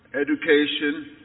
education